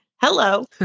hello